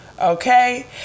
Okay